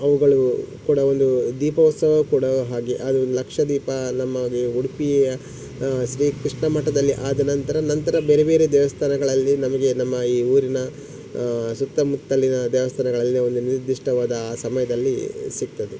ಅವುಗಳು ಕೂಡ ಒಂದು ದೀಪೋತ್ಸವ ಕೂಡ ಹಾಗೆ ಅದು ಲಕ್ಷದೀಪ ನಮಗೆ ಉಡುಪಿಯ ಶ್ರೀ ಕೃಷ್ಣ ಮಠದಲ್ಲಿ ಆದ ನಂತರ ನಂತರ ಬೇರೆ ಬೇರೆ ದೇವಸ್ಥಾನಗಳಲ್ಲಿ ನಮಗೆ ನಮ್ಮ ಈ ಊರಿನ ಸುತ್ತಮುತ್ತಲಿನ ದೇವಸ್ಥಾನಗಳಲ್ಲಿ ಒಂದು ನಿರ್ದಿಷ್ಟವಾದ ಆ ಸಮಯದಲ್ಲಿ ಸಿಗ್ತದೆ